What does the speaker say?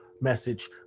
message